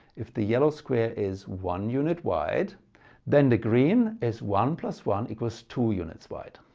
if the yellow square is one unit wide then the green is one plus one equals two units wide.